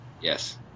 Yes